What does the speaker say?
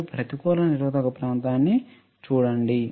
మీరు ప్రతికూల నిరోధక ప్రాంతంని చూడండి